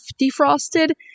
defrosted